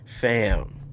Fam